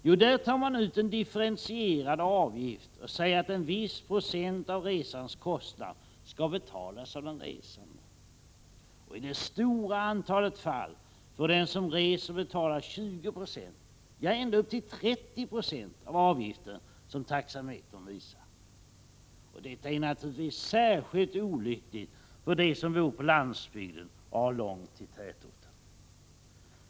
Jo, där tar man ut en differentierad avgift, och man säger att en viss procent av resans kostnad skall betalas av den resande. I det stora antalet fall får den som reser betala 20 20 — ja, ända upp till 30 96 — av den avgift som taxametern visar. Detta är naturligtvis särskilt olyckligt för dem som bor på landsbygden och har långt till tätorten.